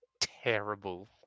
Terrible